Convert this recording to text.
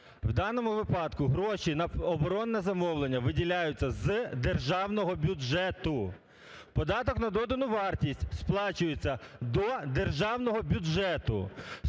У даному випадку гроші на оборонне замовлення виділяються з державного бюджету. Податок на додану вартість сплачується до державного бюджету.